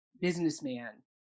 businessman